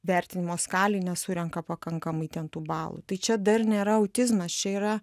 vertinimo skalėj nesurenka pakankamai ten tų balų tai čia dar nėra autizmas čia yra